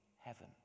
heaven